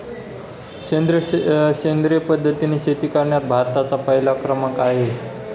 सेंद्रिय पद्धतीने शेती करण्यात भारताचा पहिला क्रमांक आहे